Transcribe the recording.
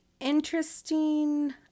Interesting